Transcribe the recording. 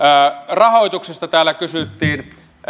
rahoituksesta täällä kysyttiin